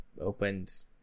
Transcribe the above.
opened